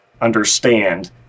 understand